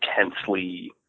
intensely